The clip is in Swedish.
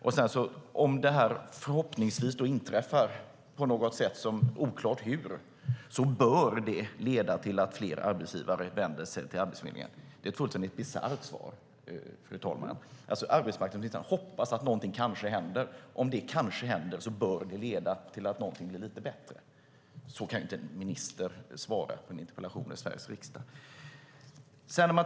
Om detta förhoppningsvis inträffar på något oklart sätt bör det leda till att fler arbetsgivare vänder sig till Arbetsförmedlingen. Det är ett fullständigt bisarrt svar, fru talman. Arbetsmarknadsministern hoppas att något kanske händer, och om det kanske händer bör det leda till att något blir lite bättre. Så kan en minister inte svara på en interpellation i Sveriges riksdag.